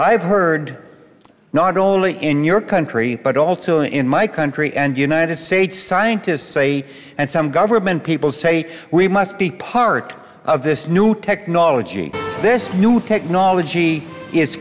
i've heard not only in your country but also in my country and united states scientists say and some government people say we must be part of this new technology this new technology i